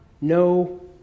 no